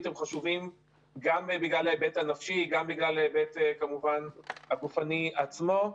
הם חשובים גם בגלל ההיבט הנפשי גם בגלל ההיבט כמובן הגופני עצמו.